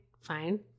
fine